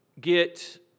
get